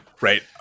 Right